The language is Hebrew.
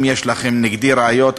אם יש לכם נגדי ראיות,